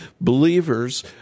believers